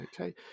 Okay